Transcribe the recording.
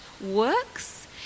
works